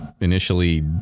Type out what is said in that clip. initially